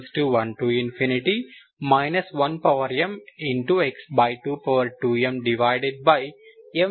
m1 1mx22mm